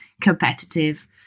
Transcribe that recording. competitive